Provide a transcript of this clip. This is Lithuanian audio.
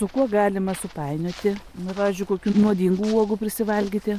su kuo galima supainioti na pavyzdžiui kokių nuodingų uogų prisivalgyti